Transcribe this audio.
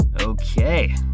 Okay